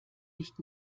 nicht